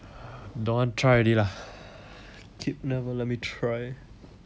don't want try already lah keep never let me try